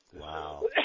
Wow